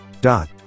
dot